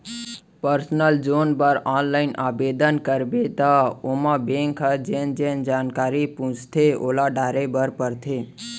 personal loan बर online आबेदन करबे त ओमा बेंक ह जेन जेन जानकारी पूछथे तेला डारे बर परथे